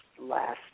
last